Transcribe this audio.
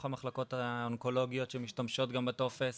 המחלקות האונקולוגיות שמשתמשות גם בטופס.